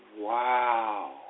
wow